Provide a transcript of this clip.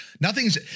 nothing's